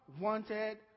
wanted